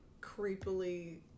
creepily